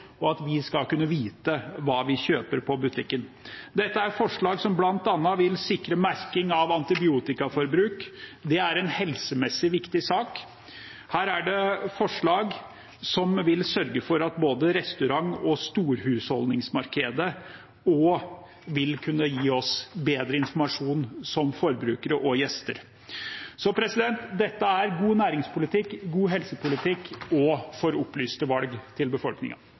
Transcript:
og for at vi skal kunne vite hva vi kjøper på butikken. Dette er forslag som bl.a. vil sikre merking av antibiotikaforbruk, som er en helsemessig viktig sak, og det er forslag som vil sørge for at både restaurant- og storhusholdningsmarkedet vil kunne gi oss bedre informasjon som forbrukere og gjester. Dette er god næringspolitikk og god helsepolitikk ¤¤¤for å gi opplyste valg til